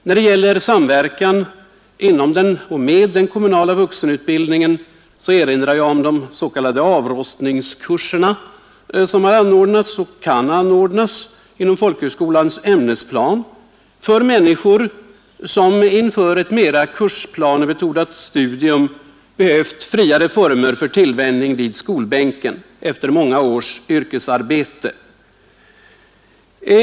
När det gäller samverkan med den kommunala vuxenutbildningen, erinrar jag om de s.k. ”avrostningskurserna”, som har anordnats och kan anordnas inom folkhögskolans ämnesplan för människor, som inför ett mera kursplanebetonat studium behövt friare former för tillvänjning vid skolbänken efter många års yrkesarbete.